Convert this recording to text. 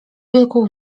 wielką